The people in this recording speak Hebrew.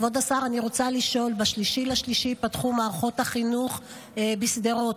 אני רוצה לשאול: ב-3 במרץ ייפתחו מערכות החינוך בשדרות,